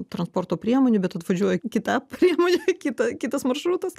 transporto priemonė bet atvažiuoja kita priemonė kita kitas maršrutas